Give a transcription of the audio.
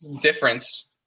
difference